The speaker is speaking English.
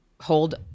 hold